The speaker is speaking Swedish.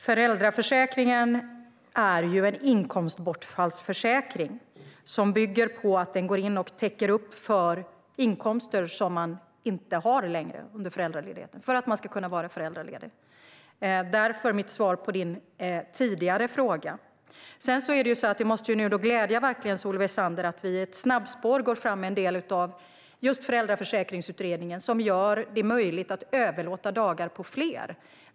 Herr talman! Föräldraförsäkringen är en inkomstbortfallsförsäkring, som täcker upp för inkomster som man inte har under föräldraledigheten för att man ska kunna vara föräldraledig. Detta är anledningen till mitt svar på din tidigare fråga. Det måste verkligen glädja Solveig Zander att vi nu i ett snabbspår går fram med just en del av Föräldraförsäkringsutredningen för att göra det möjligt att överlåta dagar på fler.